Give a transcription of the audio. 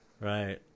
Right